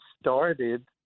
started